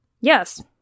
Yes